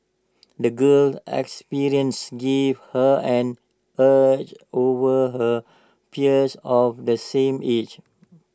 the girl's experiences gave her an edge over her peers of the same age